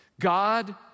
God